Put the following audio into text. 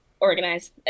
organize